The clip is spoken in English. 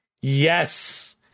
yes